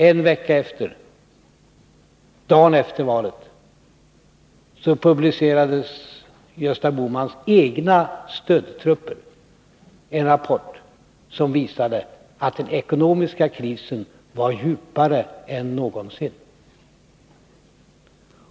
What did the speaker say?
En vecka efteråt — dagen efter valet — publicerade Gösta Bohmans egna stödtrupper en rapport som visade att den ekonomiska krisen var djupare än någonsin.